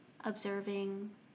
observing